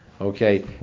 Okay